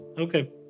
Okay